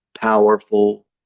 powerful